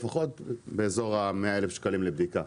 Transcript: באזור ה-100 אלף שקלים לבדיקה.